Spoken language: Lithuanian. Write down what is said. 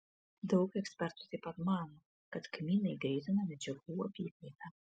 daug ekspertų taip pat mano kad kmynai greitina medžiagų apykaitą